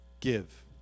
give